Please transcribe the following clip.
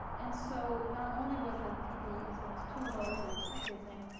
and so not only was the tb incidence too low to detect anything,